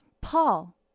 Paul